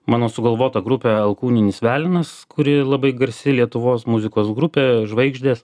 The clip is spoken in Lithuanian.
mano sugalvotą grupę alkūninis velenas kuri labai garsi lietuvos muzikos grupė žvaigždės